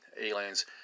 aliens